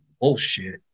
Bullshit